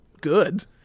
good